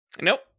Nope